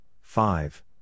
five